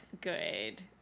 good